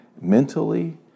mentally